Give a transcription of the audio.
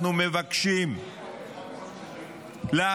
אנחנו מבקשים להכפיל.